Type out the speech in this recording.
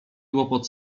łopot